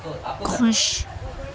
خوش